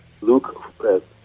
Luke